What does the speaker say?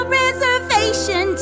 reservation